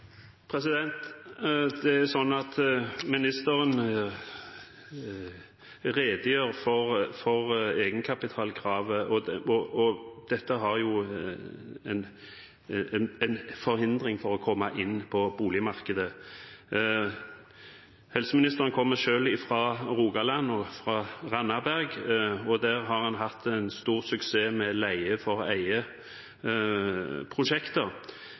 Det er sånn at ministeren redegjør for egenkapitalkravet, og dette er jo en hindring for å komme inn på boligmarkedet. Helseministeren kommer selv fra Rogaland, fra Randaberg, og der har han hatt stor suksess med leie-for-eie-prosjekter. Høyre vedtok nå på siste landsmøte at de vil gå inn for